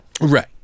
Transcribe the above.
Right